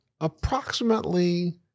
approximately